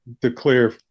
declare